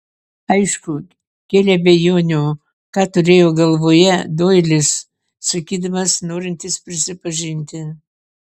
aišku kėlė abejonių ką turėjo galvoje doilis sakydamas norintis prisipažinti